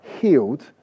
healed